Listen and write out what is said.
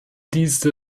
diese